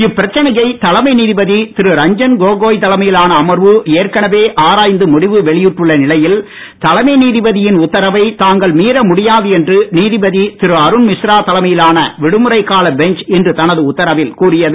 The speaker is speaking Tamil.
இப்பிரச்சனையை தலைமை நீதிபதி திரு ரஞ்சன் கோகோய் தலைமையிலான அமர்வு ஏற்கனவே ஆராய்ந்து முடிவு வெளியிட்டுள்ள நிலையில் தலைமை நீதிபதியின் உத்தரவை தாங்கள் மீற முடியாது என்று நீதிபதி திரு அருண் மிஸ்ரா தலைமையிலான விடுமுறைக் கால பெஞ்ச் இன்று தனது உத்தரவில் கூறியது